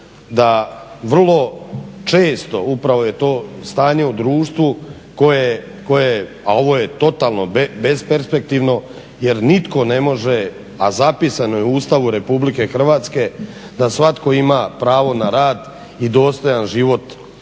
da vrlo često upravo je to stanje u društvu koje, a ovo je totalno besperspektivno, jer nitko ne može a zapisano je u Ustavu RH da svatko ima pravo na rad i dostojan život od